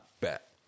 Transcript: Bet